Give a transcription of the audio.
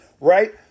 right